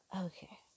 Okay